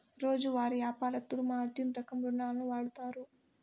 రోజువారీ యాపారత్తులు మార్జిన్ రకం రుణాలును వాడుతారు